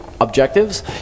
objectives